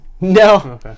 No